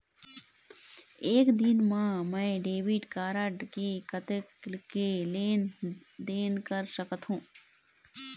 एक दिन मा मैं डेबिट कारड मे कतक के लेन देन कर सकत हो?